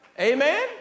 Amen